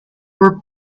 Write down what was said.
were